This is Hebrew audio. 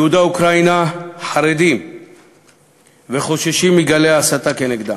יהודי אוקראינה חרדים וחוששים מגלי ההסתה נגדם.